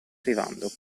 arrivando